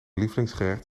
lievelingsgerecht